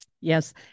Yes